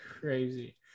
crazy